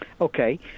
Okay